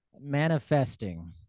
manifesting